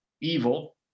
evil